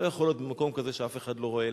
לא יכול להיות במקום כזה שאף אחד לא רואה,